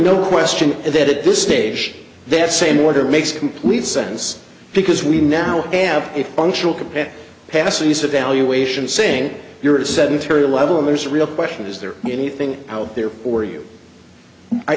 no question that at this stage this same order makes complete sense because we now have it on chilcot has to use a valuation saying you're a sedentary level and there's real question is there anything out there for you i